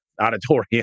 auditorium